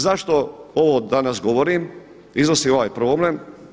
Zašto ovo danas govorim, iznosim ovaj problem?